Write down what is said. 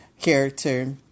character